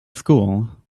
school